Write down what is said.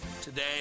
Today